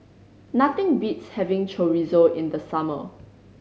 nothing beats having Chorizo in the summer